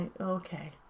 Okay